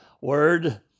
word